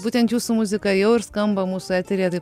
būtent jūsų muzika jau ir skamba mūsų eteryje tai